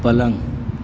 पलंग